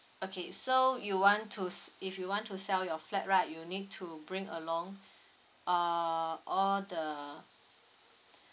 okay so you want to s~ if you want to sell your flat right you need to bring along uh all the